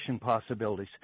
possibilities